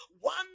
One